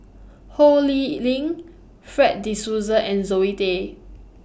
Ho Lee Ling Fred De Souza and Zoe Tay